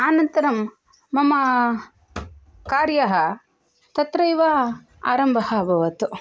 अनन्तरं मम कार्यं तत्रैव आरम्भः अभवत्